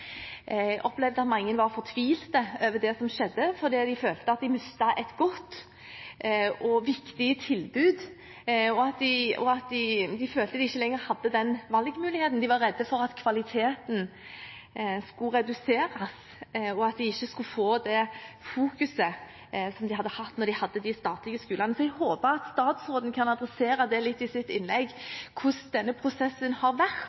Jeg opplevde at mange var fortvilt over det som skjedde, fordi de følte at de mistet et godt og viktig tilbud. De følte at de ikke lenger hadde den valgmuligheten. De var redde for at kvaliteten skulle reduseres, og at de ikke skulle få det fokuset som de fikk gjennom de statlige skolene. Jeg håper at statsråden kan adressere i sitt innlegg hvordan denne prosessen har vært,